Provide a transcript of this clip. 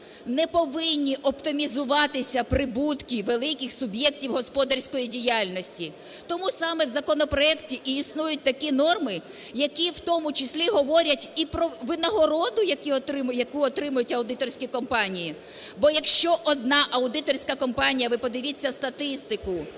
не повинні оптимізуватися прибутки великих суб'єктів господарської діяльності. Тому саме в законопроекті і існують такі норми, які в тому числі говорять і про винагороду, яку отримують аудиторські компанії. Бо якщо одна аудиторська компанія – ви подивіться статистику